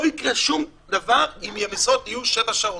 לא יקרה שום דבר אם המשרות יהיו שבע שעות.